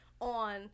on